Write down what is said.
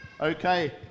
Okay